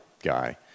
guy